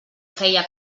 feia